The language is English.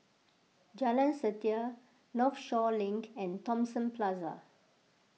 Jalan Setia Northshore Link and Thomson Plaza